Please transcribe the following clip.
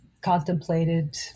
contemplated